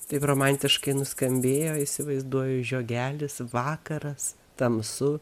taip romantiškai nuskambėjo įsivaizduoju žiogelis vakaras tamsu